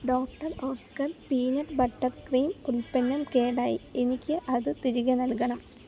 P നട്ട് butter cream ഉൽപ്പന്നം കേടായി എനിക്ക് അത് തിരികെ നൽകണം